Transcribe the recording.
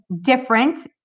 different